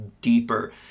deeper